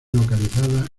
localizada